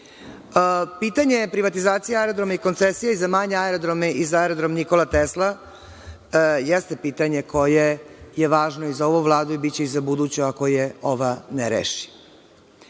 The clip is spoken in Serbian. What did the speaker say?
je privatizacije aerodroma i koncesija za manje aerodrome i za Aerodrom „Nikola Tesla“, jeste pitanje koje je važno za ovu Vladu biće i za buduću, ako je ova ne